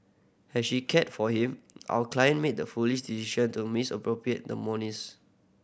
as she cared for him our client made the foolish decision to misappropriate the monies